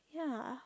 yeah